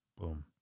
Boom